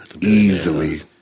Easily